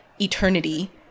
eternity